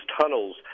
tunnels